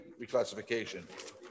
reclassification